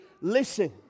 listen